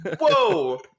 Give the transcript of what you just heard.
Whoa